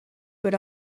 but